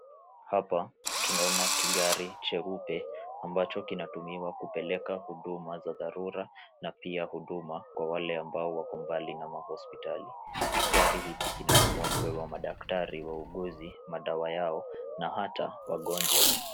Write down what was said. Hapa tunaona kigari cheupe ambacho kinatumiwa kupeleka huduma za dharura na pia huduma kwa wale ambao wako mbali na mahospitali. Kigari hiki kinatumiwa kupewa madaktari wauguzi madawa yao na hata wagonjwa.